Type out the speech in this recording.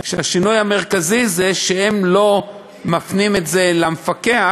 והשינוי המרכזי זה שהם לא מפנים את זה למפקח,